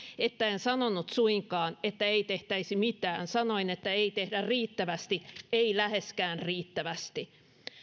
että en sanonut suinkaan että ei tehtäisi mitään sanoin että ei tehdä riittävästi ei läheskään riittävästi